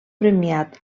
premiat